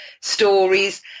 stories